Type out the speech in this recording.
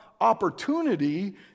opportunity